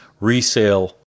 resale